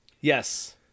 Yes